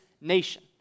nation